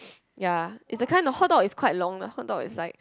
ya is the kind the hot dog is quite long the hot dog is like